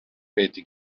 peeti